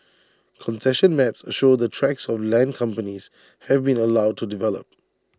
concession maps show the tracts of land companies have been allowed to develop